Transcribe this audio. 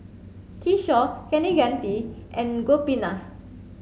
Kishore Kaneganti and Gopinath